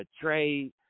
trade